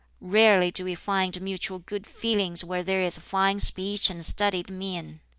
rarely do we find mutual good feeling where there is fine speech and studied mien.